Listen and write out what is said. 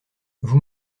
vous